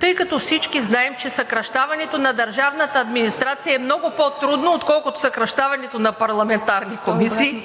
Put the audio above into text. Тъй като всички знаем, че съкращаването на държавната администрация е много по-трудно, отколкото съкращаването на парламентарни комисии,